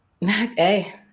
Hey